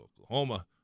Oklahoma